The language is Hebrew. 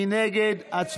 מי נגד?